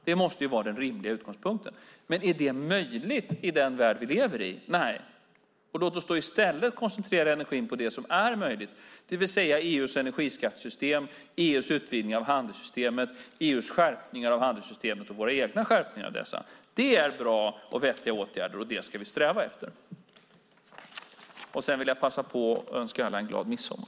Det måste vara den rimliga utgångspunkten. Men är det möjligt i den värld vi lever i? Nej. Låt oss då i stället koncentrera energin på det som är möjligt, det vill säga EU:s energiskattesystem, EU:s utvidgning av handelssystemet, EU:s skärpningar av handelssystemet och våra egna skärpningar av dessa. Det är bra och vettiga åtgärder, och det ska vi sträva efter. Jag vill passa på att önska alla en glad midsommar.